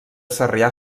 sarrià